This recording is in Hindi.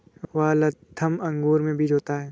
वाल्थम अंगूर में बीज होता है